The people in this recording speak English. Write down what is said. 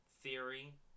theory